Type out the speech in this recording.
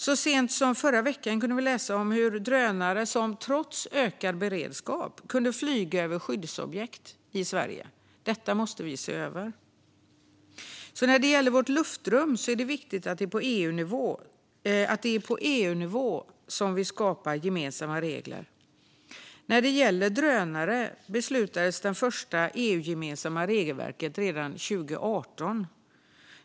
Så sent som i förra veckan kunde vi läsa om drönare som trots ökad beredskap kunde flyga över skyddsobjekt i Sverige. Detta måste vi se över. När det gäller vårt luftrum är det viktigt att det är på EU-nivå som vi skapar gemensamma regler. För drönare beslutades det första EU-gemensamma regelverket redan 2018.